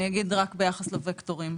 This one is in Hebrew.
אני אומר משהו רק ביחס לווקטורים.